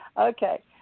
Okay